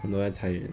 很多在裁员